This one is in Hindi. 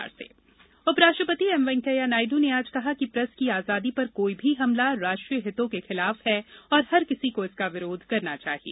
उपराष्ट्रपति प्रेस दिवस उपराष्ट्रपति एम वेंकैया नायडू ने आज कहा कि प्रेस की आजादी पर कोई भी हमला राष्ट्रीय हितों के खिलाफ है और हर किसी को इसका विरोध करना चाहिए